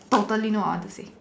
totally know what I want to say